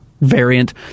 variant